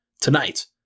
tonight